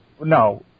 No